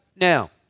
Now